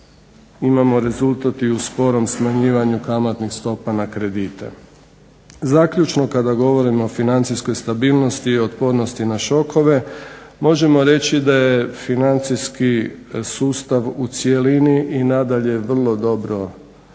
imamo rezultat i u sporom smanjivanju kamatnih stopa na kredite. Zaključno kada govorim o financijskoj stabilnosti i otpornosti na šokove, možemo reći da je financijski sustav u cjelini i nadalje vrlo dobro